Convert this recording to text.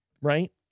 right